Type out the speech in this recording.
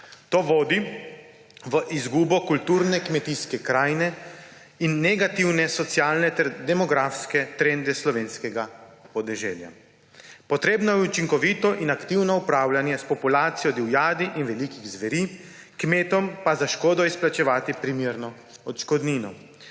To vodi v izgubo kulturne kmetijske krajine in negativne socialne ter demografske trende slovenskega podeželja. Potrebno je učinkovito in aktivno upravljanje s populacijo divjadi in velikih zveri, kmetom pa je treba za škodo izplačevati primerno odškodnino.